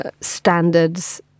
standards